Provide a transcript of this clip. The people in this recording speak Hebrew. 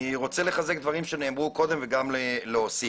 אני רוצה לחזק דברים שנאמרו קודם וגם להוסיף.